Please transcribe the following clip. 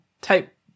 type